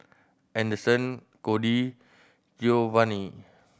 Anderson Codi Geovanni